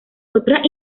otras